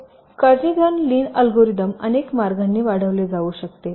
हे Kernighan Lin algorithm अनेक मार्गांनी वाढविले जाऊ शकते